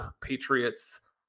Patriots